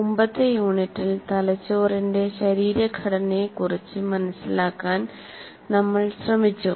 മുമ്പത്തെ യൂണിറ്റിൽ തലച്ചോറിന്റെ ശരീരഘടനയെക്കുറിച്ച് മനസ്സിലാക്കാൻ നമ്മൾ ശ്രമിച്ചു